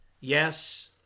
Yes